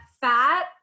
fat